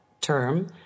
term